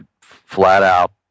flat-out